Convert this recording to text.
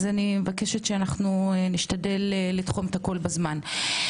אני מבקשת להשתדל לתחום הכול בזמן.